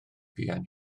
fuan